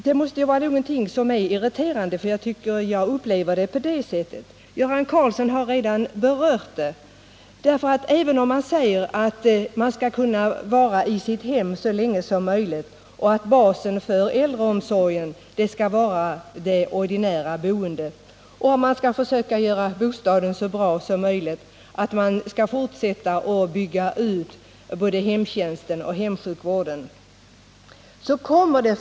Det måste vara någonting som är irriterande — jag upplever Per Gahrtons reaktion på det sättet. Göran Karlsson har redan berört de här problemen. Vi säger att de äldre skall kunna vara kvar i sina hem så länge som möjligt och att basen för äldreomsorgen skall vara det ordinära boendet. För att det skall vara möjligt måste bostaden göras så bra som möjligt och hemtjänsten och hemsjukvården måste byggas ut.